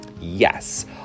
yes